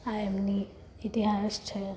આ એમનો ઇતિહાસ છે